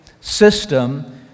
system